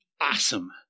awesome